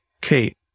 Kate